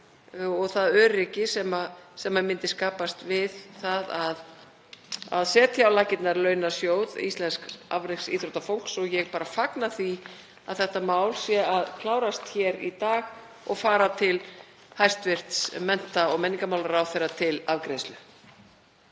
og það öryggi sem myndi skapast við að setja á laggirnar launasjóð íslensks afreksíþróttafólks. Ég bara fagna því að þetta mál sé að klárast hér í dag og fara til hæstv. mennta- og menningarmálaráðherra til afgreiðslu.